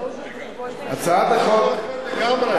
זה משהו אחר לגמרי.